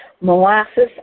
molasses